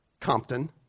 Compton